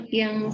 yang